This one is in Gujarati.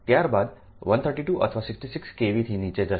ત્યારબાદ 132 અથવા 66 કેવીથી નીચે જશે